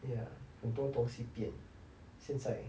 ya 很多东西变现在